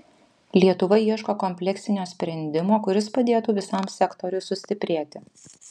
lietuva ieško kompleksinio sprendimo kuris padėtų visam sektoriui sustiprėti